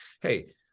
hey